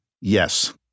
yes